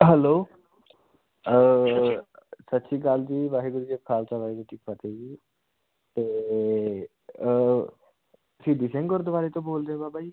hello ਸਤਿ ਸ਼੍ਰੀ ਅਕਾਲ ਜੀ ਵਾਹਿਗੁਰੂ ਜੀ ਕਾ ਖਾਲਸਾ ਵਾਹਿਗੁਰੂ ਜੀ ਕੀ ਫਤਿਹ ਜੀ ਅਤੇ ਸ਼ਹੀਦੀ ਸਿੰਘ ਗੁਰਦੁਆਰੇ ਤੋਂ ਬੋਲਦੇ ਹੋ ਬਾਬਾ ਜੀ